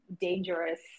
dangerous